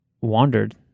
wandered